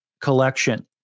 collection